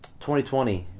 2020